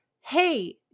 Hey